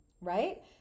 right